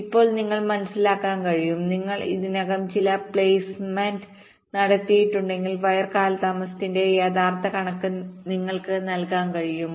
ഇപ്പോൾ നിങ്ങൾക്ക് മനസ്സിലാക്കാൻ കഴിയും നിങ്ങൾ ഇതിനകം ചില പ്ലെയ്സ്മെന്റ് നടത്തിയിട്ടുണ്ടെങ്കിൽ വയർ കാലതാമസത്തിന്റെ യഥാർത്ഥ കണക്ക് നിങ്ങൾക്ക് നൽകാൻ കഴിയും